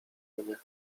mnie